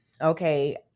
okay